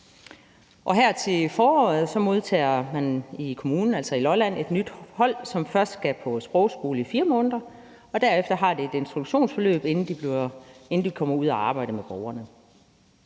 til foråret modtager man i Lolland Kommune et nyt hold, som først skal på sprogskole i 4 måneder, og derefter har de et introduktionsforløb, inden de kommer ud at arbejde med borgerne.